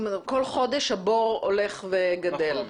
כל חודש הבור התקציבי הולך וגדל.